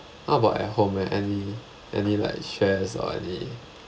how about at home eh any any like stress or any